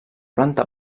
planta